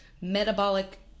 metabolic